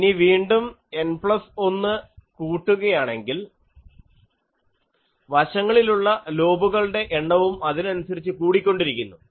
ഇനി വീണ്ടും N plus 1 കൂട്ടുകയാണെങ്കിൽ വശങ്ങളിലുള്ള ലോബുകളുടെ എണ്ണവും അതിനനുസരിച്ച് കൂടിക്കൊണ്ടിരിക്കുന്നു